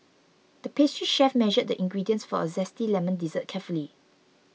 the pastry chef measured the ingredients for a Zesty Lemon Dessert carefully